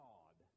God